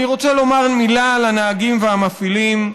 אני רוצה לומר מילה לנהגים והמפעילים,